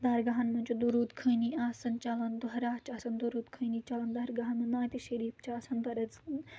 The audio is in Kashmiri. دَرگاہَن منٛز چھِ دُروٗد خٲنی آسَان چَلَان دۄہرا چھِ آسَان دُروٗد خٲنی چَلَان دَرگاہَن منٛز ناتہِ شریٖف چھِ آسَان دَرزگاہَن